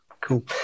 Cool